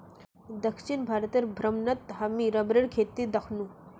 दक्षिण भारतेर भ्रमणत हामी रबरेर खेती दखनु